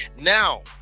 Now